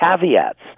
caveats